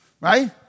Right